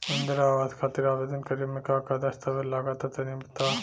इंद्रा आवास खातिर आवेदन करेम का का दास्तावेज लगा तऽ तनि बता?